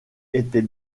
était